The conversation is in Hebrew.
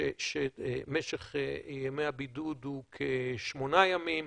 שמשך ימי הבידוד הוא כשמונה ימים.